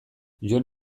jon